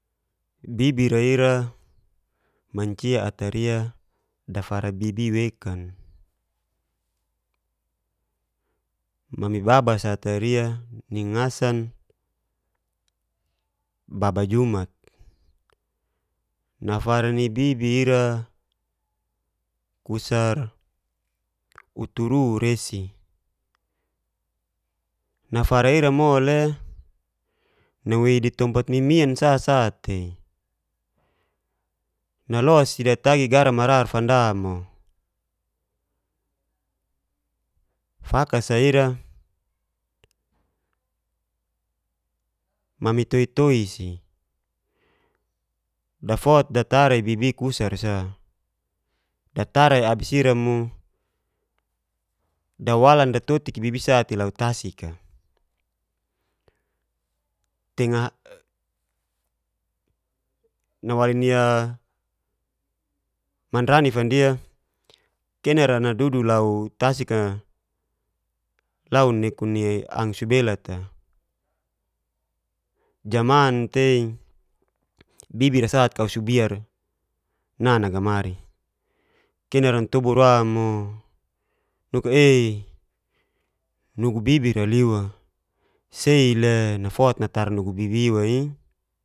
Bibira ira mancia atari dafara bibi'i wekan, mami baba sa ataria ningasan baba jumat, nafara ni bibi ira kusar uturu seru, nafara ira mole nawei di tompat mimian sasa'tei nallos si datagi garan marar fanda mo. faka'sa ira mama toi-toi si dafot datar bibi'i kusar'sa. Datara'i abis ira mo dawalan datorik'i bibi'i sa'te lau tasik'a nawali ni manrani fandia kenara nadudu lau tasik'a lau nekun ni ang subelat'a, jamantei bibir sate kausubiar na nagamari kei natobur wa mo nuka'ei nugu bibira liwa sei le nafot natara nugu bibi iwa'i.